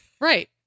Right